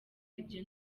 ibyo